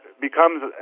becomes